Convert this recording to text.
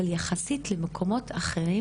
אבל יחסית למקומות אחרים,